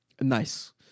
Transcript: Nice